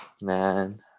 Man